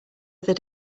other